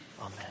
Amen